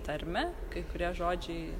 tarme kai kurie žodžiai